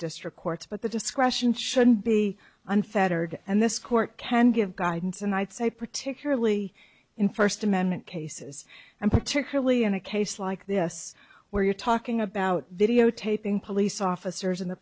district courts but the discretion should be unfettered and this court can give guidance and i'd say particularly in first amendment cases and particularly in a case like this where you're talking about videotaping police officers in the